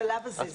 בשלב הזה.